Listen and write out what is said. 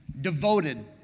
devoted